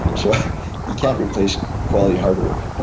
so you can't replace quality hard work.